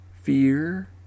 Fear